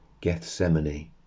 Gethsemane